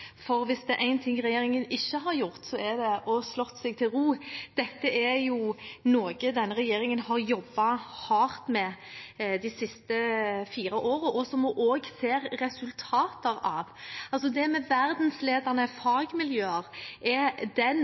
for hvis det er én ting regjeringen ikke har gjort, er det å ha slått seg til ro. Dette er noe regjeringen har jobbet hardt med de siste fire årene, og som vi også ser resultater av. Verdensledende fagmiljøer er den